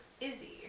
Izzy